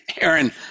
Aaron